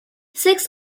six